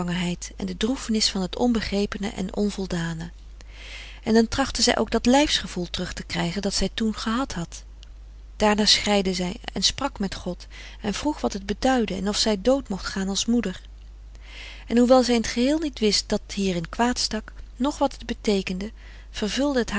en de droefenis van het onbegrepene en onvoldane en dan trachtte zij ook dat lijfsgevoel terug te krijgen dat zij toen gehad had daarna schreide zij en sprak met god en vroeg wat het beduidde en of zij dood mocht gaan als moeder en hoewel zij in t geheel niet wist dat hierin kwaad stak noch wat het beteekende vervulde